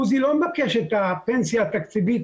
עוזי לא מבקש את הפנסיה התקציבית